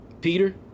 Peter